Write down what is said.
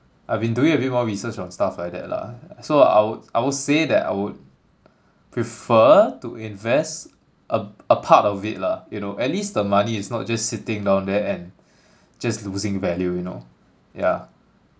I've been doing a bit more research on stuff like that lah so I would I would say that I would prefer to invest a a part of it lah you know at least the money is not just sitting down there and just losing value you know yeah